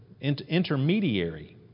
intermediary